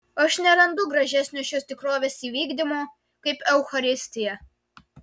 aš nerandu gražesnio šios tikrovės įvykdymo kaip eucharistija